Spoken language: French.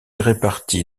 réparties